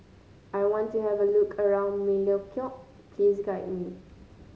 I want to have a look around Melekeok please guide me